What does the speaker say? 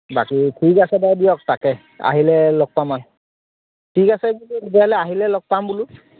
বাকী ঠিক আছে বাৰু দিয়ক তাকে আহিলে লগ পাম আৰু ঠিক আছে তেতিয়াহ'লে আহিলে লগ পাম বোলো